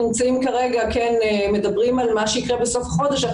כרגע מדברים על מה שיקרה בסוף החודש,